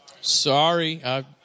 Sorry